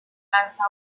lanza